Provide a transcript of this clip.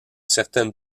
certaines